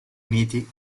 uniti